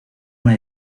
una